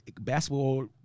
basketball